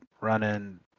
running